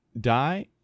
die